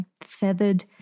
feathered